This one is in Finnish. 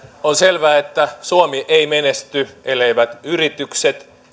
on selvää että suomi ei menesty elleivät yritykset